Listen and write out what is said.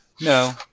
No